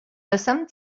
lăsăm